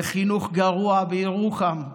וחינוך גרוע בירוחם,